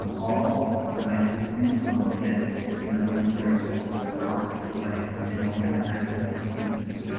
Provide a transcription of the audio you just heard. um all devices do come dedicated in other words. they're also locked devices they don't have access to the internet,